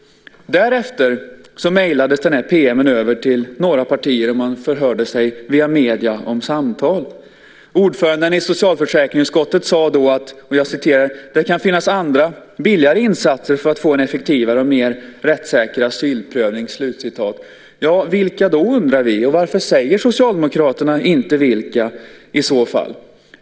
Därefter mejlades PM:en över till några partier, och man förhörde sig via medier om samtal. Ordföranden i socialförsäkringsutskottet sade då: Det kan finnas andra billigare insatser för att få en effektivare och mer rättssäker asylprövning. Vilka då? undrar vi. Varför säger Socialdemokraterna inte vilka i så fall?